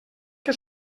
que